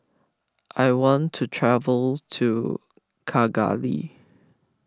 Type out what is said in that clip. I want to travel to Kigali